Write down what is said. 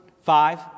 five